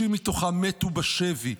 30 מתוכם מתו בשבי,